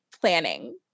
planning